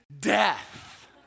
death